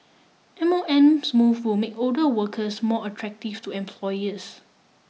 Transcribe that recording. M O M's move will make older workers more attractive to employers